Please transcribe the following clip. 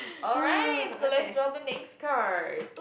alright so let's draw the next card